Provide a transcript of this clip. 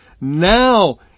Now